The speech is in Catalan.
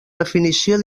definició